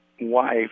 wife